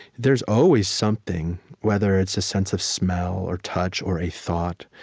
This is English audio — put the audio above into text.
there is always something, whether it's a sense of smell or touch or a thought,